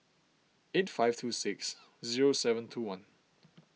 eight five two six zero seven two one